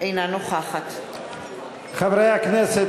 אינה נוכחת חברי כנסת,